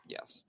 Yes